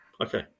Okay